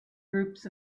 groups